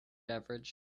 beverage